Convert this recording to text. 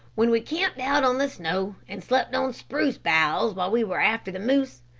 when we camped out on the snow and slept on spruce boughs while we were after the moose,